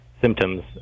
symptoms